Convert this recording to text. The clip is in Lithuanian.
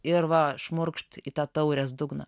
ir va šmurkšt į tą taurės dugną